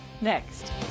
next